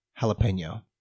jalapeno